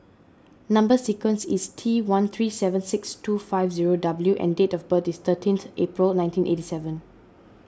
Number Sequence is T one three seven six two five zero W and date of birth is thirteenth April nineteen eighty seven